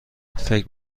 فکر